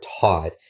taught